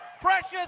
precious